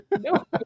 No